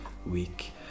week